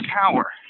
power